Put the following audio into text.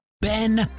ben